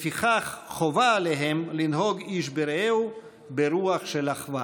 לפיכך חובה עליהם לנהוג איש ברעהו ברוח של אחווה".